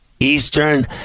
Eastern